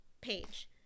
page